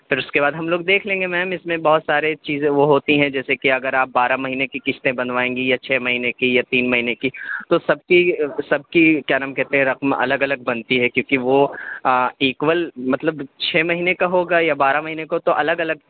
پھر اس کے بعد ہم لوگ دیکھ لیں گے میم اس میں بہت سارے چیزیں وہ ہوتی ہیں جیسے کہ اگر آپ بارہ مہینے کی قسطیں بنوائیں گی یا چھ مہینے کی یا تین مہینے کی تو سب کی سب کی کیا نام کہتے رقم الگ الگ بنتی ہے کیونکہ وہ ایکول مطلب چھ مہینے کا ہوگا یا بارہ مہینے کا تو الگ الگ